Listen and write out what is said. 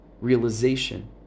realization